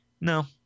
No